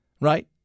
Right